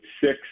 six